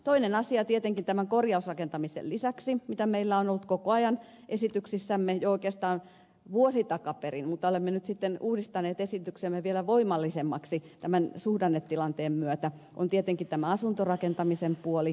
toinen asia tietenkin tämän korjausrakentamisen lisäksi joka meillä on ollut koko ajan esityksissämme jo oikeastaan vuosi takaperin mutta olemme nyt sitten uudistaneet esityksemme vielä voimallisemmaksi tämän suhdannetilanteen myötä on tietenkin asuntorakentamisen puoli